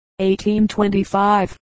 1825